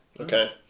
Okay